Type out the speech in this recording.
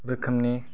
रोखोमनि